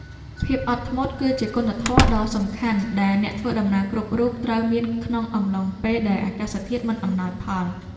ភាពអត់ធ្មត់ គឺជាគុណធម៌ដ៏សំខាន់ដែលអ្នកធ្វើដំណើរគ្រប់រូបត្រូវមានក្នុងអំឡុងពេលដែលអាកាសធាតុមិនអំណោយផល។